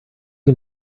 can